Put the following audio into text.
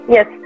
Yes